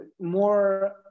more